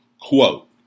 quote